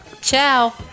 Ciao